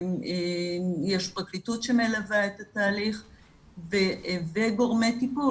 יש פרקליטות שמלווה את התהליך וגורמי טיפול